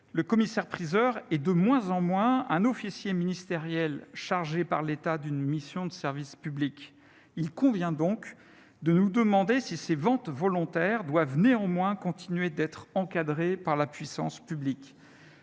Le commissaire-priseur est de moins en moins un officier ministériel chargé par l'État d'une mission de service public. Il convient donc de se demander si ces ventes volontaires doivent néanmoins continuer d'être encadrées par la puissance publique.